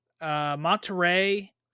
Monterey